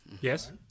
Yes